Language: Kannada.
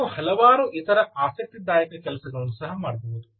ನೀವು ಹಲವಾರು ಇತರ ಆಸಕ್ತಿದಾಯಕ ಕೆಲಸಗಳನ್ನು ಸಹ ಮಾಡಬಹುದು